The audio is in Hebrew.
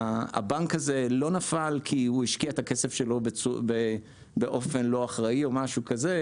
הבנק הזה לא נפל כי הוא השקיע את הכסף שלו באופן לא אחראי או משהו כזה,